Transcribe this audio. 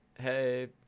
hey